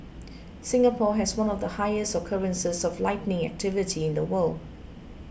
Singapore has one of the highest occurrences of lightning activity in the world